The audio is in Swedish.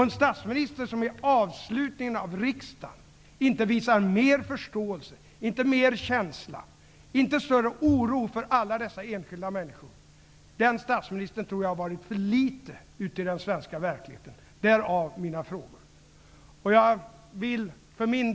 En statsminister som vid avslutningen av riksdagen inte visar mer förståelse, mer känsla, större oro för alla dessa enskilda människor tror jag har varit för litet i den svenska verkligheten. Därför mina frågor.